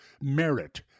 merit